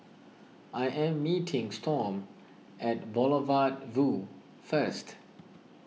I am meeting Storm at Boulevard Vue first